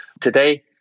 Today